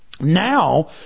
Now